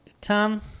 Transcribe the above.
Tom